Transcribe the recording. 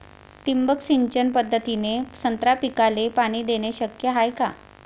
ठिबक सिंचन पद्धतीने संत्रा पिकाले पाणी देणे शक्य हाये का?